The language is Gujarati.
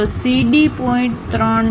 તો CD પોઇન્ટ3